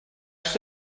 что